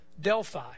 Delphi